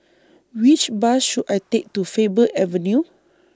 Which Bus should I Take to Faber Avenue